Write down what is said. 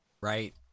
Right